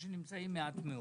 או שנמצאים מעט מאוד.